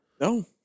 No